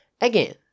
Again